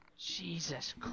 Jesus